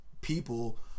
people